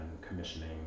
commissioning